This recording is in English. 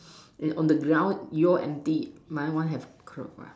and on the ground your indeed my one have